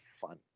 fun